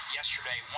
yesterday